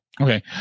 Okay